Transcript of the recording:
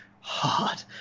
hard